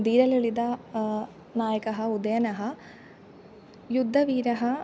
धीरलिलित नायकः उदयनः युद्धवीरः